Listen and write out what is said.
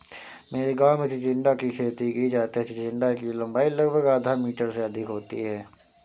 मेरे गांव में चिचिण्डा की खेती की जाती है चिचिण्डा की लंबाई लगभग आधा मीटर से अधिक होती है